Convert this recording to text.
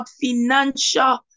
financial